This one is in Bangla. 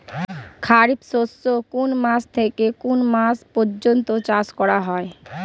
খারিফ শস্য কোন মাস থেকে কোন মাস পর্যন্ত চাষ করা হয়?